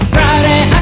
Friday